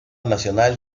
nacional